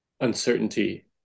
uncertainty